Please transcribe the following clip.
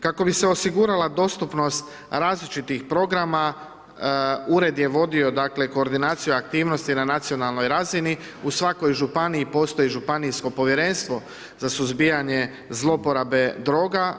Kako bi se osigurala dostupnost različitih programa, ured je vodio koordinaciju aktivnosti, na nacionalnoj razini, u svakoj županiji postoji županijsko povjerenstvo za suzbijanje zlouporabe droga.